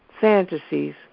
fantasies